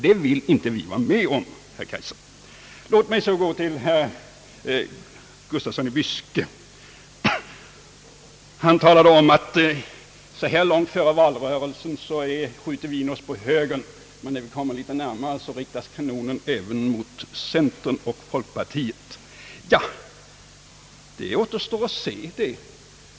Det vill vi, herr Kaijser, inte vara med om. Herr Gustafsson i Byske sade att så här långt före valrörelsen skjuter vi in oss på högern, men när vi kommer litet närmare valrörelsen riktas kanonen även mot centern och folkpartiet. Ja, det återstår att se.